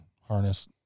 harness